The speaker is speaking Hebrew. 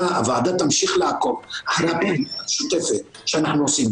הוועדה תמשיך לעקוב אחרי הפעילות המשותפת שאנחנו עושים,